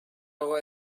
اقا